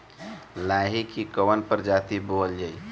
लाही की कवन प्रजाति बोअल जाई?